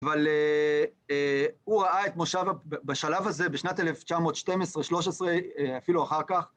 אבל הוא ראה את מושב ה... בשלב הזה, בשנת 1912-13, אפילו אחר כך.